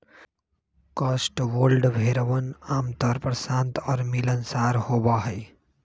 Cotswold भेड़वन आमतौर पर शांत और मिलनसार होबा हई